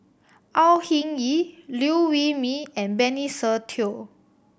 Au Hing Yee Liew Wee Mee and Benny Se Teo